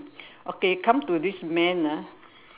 okay come to this man ah